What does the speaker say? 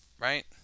right